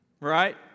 Right